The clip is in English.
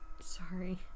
Sorry